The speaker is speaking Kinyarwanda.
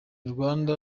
rwanda